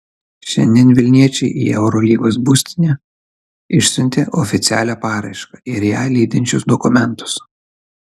šiandien vilniečiai į eurolygos būstinę išsiuntė oficialią paraišką ir ją lydinčius dokumentus